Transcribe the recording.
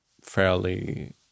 fairly